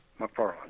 McFarland